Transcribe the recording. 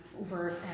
over